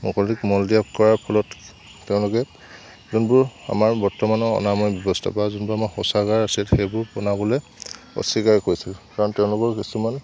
মুকলিত মলত্যাগ কৰাৰ ফলত তেওঁলোকে যোনবোৰ আমাৰ বৰ্তমানৰ অনাময় ব্যৱস্থা বা যোনবোৰ আমাৰ শৌচাগাৰ আছিল সেইবোৰ বনাবলৈ অস্বীকাৰ কৰিছিল কাৰণ তেওঁলোকৰ কিছুমান